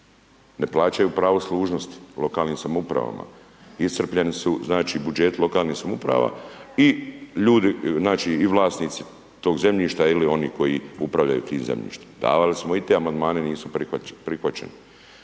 ne plaćaju pravo služnosti lokalnim samoupravama, iscrpljeni su, znači, budžeti lokalnih samouprava i ljudi, znači, i vlasnici tog zemljišta ili oni koji upravljaju tim zemljištem. Davali smo i te Amandmane, nisu prihvaćeni.